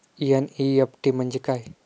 NEFT म्हणजे काय?